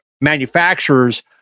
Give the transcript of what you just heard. manufacturers